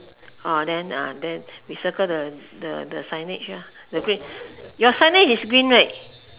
ah then ah that we circle the the the signage ah your signage is green right